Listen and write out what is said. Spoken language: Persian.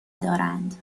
دارند